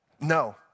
no